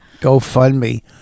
GoFundMe